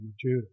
Judah